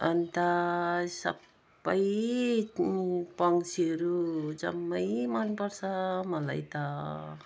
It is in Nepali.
अन्त सबै पक्षीहरू जम्मै मनपर्छ मलाई त